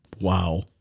Wow